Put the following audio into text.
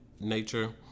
nature